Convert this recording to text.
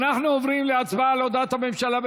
אנחנו עוברים להצבעה על הודעת הממשלה,